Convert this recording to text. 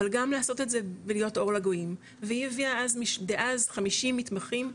אבל גם לעשות את זה ולהיות 'אור לגויים' והיא הביאה דאז 50 מתמחים,